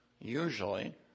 Usually